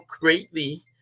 greatly